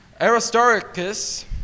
Aristarchus